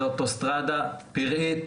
זו אוטוסטרדה פראית.